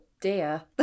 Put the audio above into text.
dear